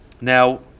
Now